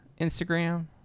Instagram